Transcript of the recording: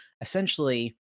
essentially